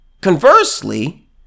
Conversely